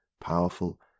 powerful